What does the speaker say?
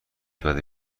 داده